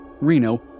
Reno